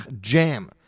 jam